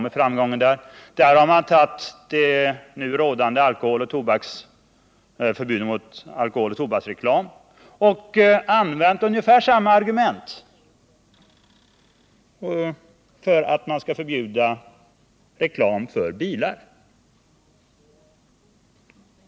I Norge har man också med utgångspunkt i det nu rådande förbudet mot alkoholoch tobaksreklam argumenterat för att man skall förbjuda reklam för bilar.